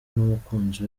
numukunzi